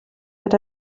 wird